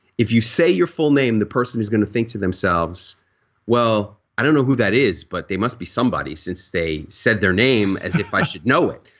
if you say your full name the person is going to think to themselves well, i don't know who that is but they must be somebody since they said their name as if i should know it.